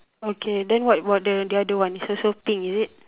okay then what about the other one also pink is it